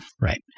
Right